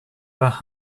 par